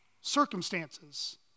circumstances